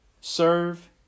serve